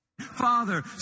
Father